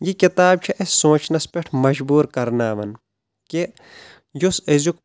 یہِ کِتاب چھِ اسہِ سونٛچنس پٮ۪ٹھ مجبور کرناوان کہِ یُس أزیُک